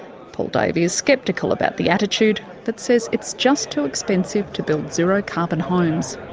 paul davey is sceptical about the attitude that says it's just too expensive to build zero-carbon homes.